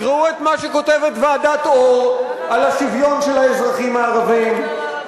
תקראו מה כותבת ועדת-אור על השוויון של האזרחים הערבים.